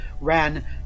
ran